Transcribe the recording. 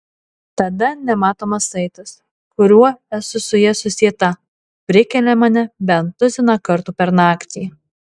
tada nematomas saitas kuriuo esu su ja susieta prikelia mane bent tuziną kartų per naktį